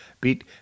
beat